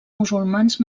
musulmans